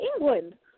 England